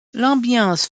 l’ambiance